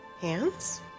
Hands